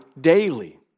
daily